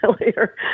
later